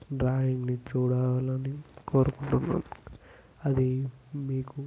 డ్రాయింగ్ని చూడాలని కోరుకుంటున్నాం అది మీకు